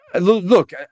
Look